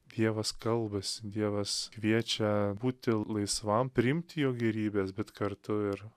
dievas kalbasi dievas kviečia būti laisvam priimti jo gėrybes bet kartu ir